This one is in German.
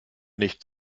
nicht